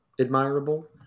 admirable